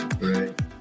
Right